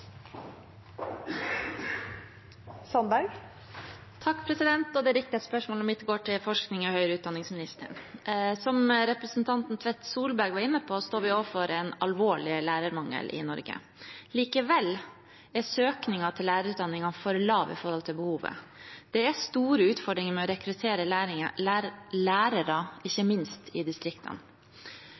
Det er riktig at spørsmålet mitt går til forsknings- og høyere utdanningsministeren. Som representanten Tvedt Solberg var inne på, står vi overfor en alvorlig lærermangel i Norge. Likevel er søkningen til lærerutdanningen for lav i forhold til behovet. Det er store utfordringer med å rekruttere lærere, ikke minst i distriktene.